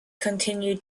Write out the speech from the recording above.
continue